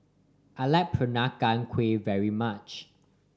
I like Peranakan Kueh very much